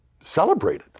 celebrated